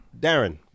Darren